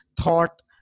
thought